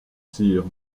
sire